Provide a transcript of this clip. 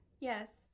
Yes